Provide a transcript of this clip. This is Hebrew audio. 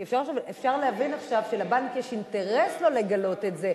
כי אפשר להבין עכשיו שלבנק יש אינטרס לא לגלות את זה.